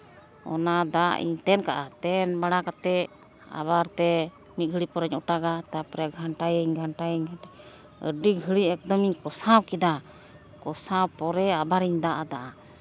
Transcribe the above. ᱚᱱᱟ ᱫᱟᱜ ᱤᱧ ᱛᱮᱱ ᱠᱟᱜᱼᱟ ᱛᱮᱱ ᱵᱟᱲᱟ ᱠᱟᱛᱮ ᱟᱵᱟᱨ ᱛᱮ ᱢᱤᱫ ᱜᱷᱟᱹᱲᱤ ᱯᱚᱨᱮᱧ ᱚᱴᱟᱜᱟ ᱛᱟᱨᱯᱚᱨᱮ ᱜᱷᱟᱱᱴᱟᱭᱟᱹᱧ ᱜᱷᱟᱱᱴᱟᱭᱟᱹᱧ ᱟᱹᱰᱤ ᱜᱷᱟᱹᱲᱤᱡ ᱮᱠᱫᱚᱢ ᱤᱧ ᱠᱚᱥᱟᱣ ᱠᱮᱫᱟ ᱠᱚᱥᱟᱣ ᱯᱚᱨᱮ ᱟᱵᱟᱨ ᱤᱧ ᱫᱟᱜ ᱟᱫᱟ